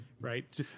right